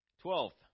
Twelfth